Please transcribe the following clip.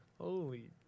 Holy